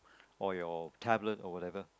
or your tablet or whatever